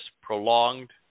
prolonged